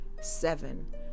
Seven